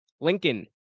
Lincoln